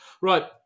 Right